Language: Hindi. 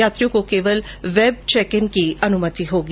यात्रियों की केवल वेब चेक इन की अनुमति होगी